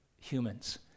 humans